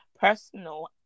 personal